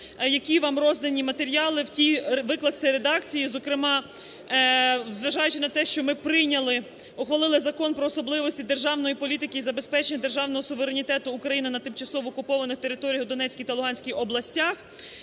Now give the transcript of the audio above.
які вам роздані матеріали, викласти в тій редакції, зокрема, зважаючи на те, що ми прийняли, ухвалили Закон про особливості державної політики і забезпечення державного суверенітету України над тимчасово окупованими територіями в Донецькій та Луганській областях.